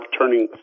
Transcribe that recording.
turning